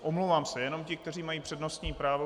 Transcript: Omlouvám se, jenom ti, kteří mají přednostní právo.